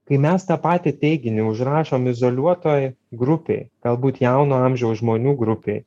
kai mes tą patį teiginį užrašom izoliuotoj grupėj galbūt jauno amžiaus žmonių grupėj